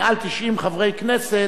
מעל 90 חברי כנסת,